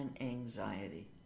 anxiety